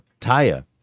Taya